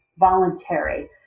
voluntary